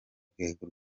rwego